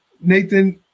nathan